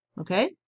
okay